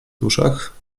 duszach